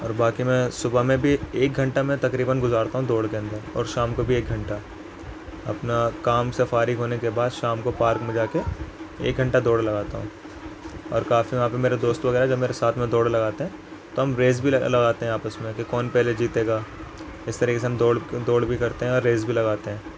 اور باقی میں صبح میں بھی ایک گھنٹہ میں تقریباً گزارتا ہوں دوڑ کے اندر اور شام کو بھی ایک گھنٹہ اپنا کام سے فارغ ہونے کے بعد شام کو پارک میں جا کے ایک گھنٹہ دوڑ لگاتا ہوں اور کافی وہاں پہ میرے دوست وغیرہ جب میرے ساتھ میں دوڑ لگاتے ہیں تو ہم ریس بھی لگاتے ہیں آپس میں کہ کون پہلے جیتے گا اس طریقے سے ہم دوڑ دوڑ بھی کرتے ہیں اور ریس بھی لگاتے ہیں